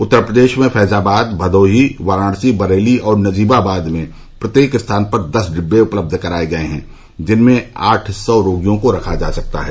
उत्तर प्रदेश में फैजाबाद भदोही वाराणसी बरेली और नजीबाबाद में प्रत्येक स्थान पर दस डिब्बे उपलबध कराए गए हैं जिनमें आठ सौ रोगियों को रखा जा सकता है